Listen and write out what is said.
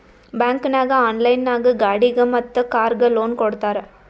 bank ನಾಗ್ online ನಾಗ್ ಗಾಡಿಗ್ ಮತ್ ಕಾರ್ಗ್ ಲೋನ್ ಕೊಡ್ತಾರ್